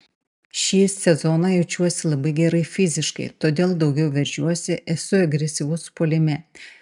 šį sezoną jaučiuosi labai gerai fiziškai todėl daugiau veržiuosi esu agresyvus puolime